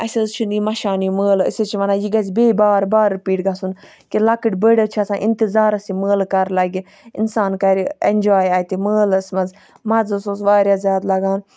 اَسہِ حظ چھُ نہٕ یہِ مَشان یہِ مٲلہٕ أسۍ حظ چھِ وَنان یہِ گَژھِ بیٚیہِ بار بار رِپیٖٹ گَژھُن کہِ لَکٕٹ بٔڑ حظ چھِ آسان اِنتِظارَس یہِ مٲلہٕ کَر لَگہِ اِنسان کَرٕ ایٚنجاے اَتہِ مٲلَس مَنٛز مَزٕ حظ اوس واریاہ زیادٕ لَگان